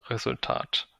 resultat